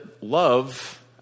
love